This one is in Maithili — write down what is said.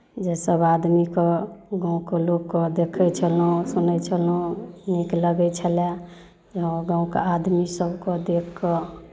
जे सभ आदमीके गाँवके लोककेँ देखै छलहुँ सुनै छलहुँ नीक लगै छलय हँ गाँवके आदमीसभकेँ देखि कऽ